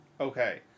Okay